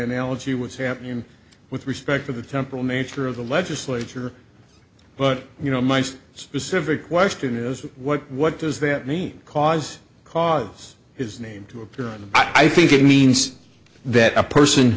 analogy what's happening with respect to the temporal nature of the legislature but you know most specific question is what what does that mean cause cause his name to appear and i think it means that a person